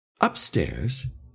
Upstairs